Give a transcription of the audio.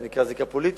זה נקרא זיקה פוליטית,